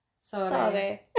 sorry